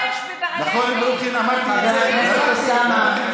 הוא השתמש בבעלי חיים, נכון אמרתי את זה, ברוכי?